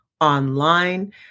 online